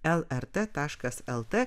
lrt taškas lt